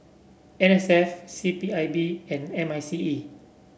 N S F C P I B and M I C E